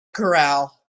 corral